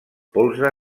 polze